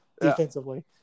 defensively